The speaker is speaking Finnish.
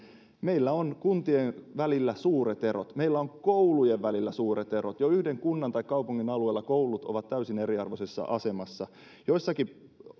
meillä on kuntien välillä suuret erot meillä on koulujen välillä suuret erot jo yhden kunnan tai kaupungin alueella koulut ovat täysin eriarvoisessa asemassa joissakin